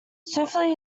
swiftly